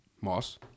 Moss